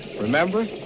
Remember